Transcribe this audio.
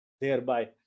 thereby